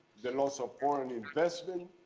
the loss of foreign investment,